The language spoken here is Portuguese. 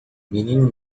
menino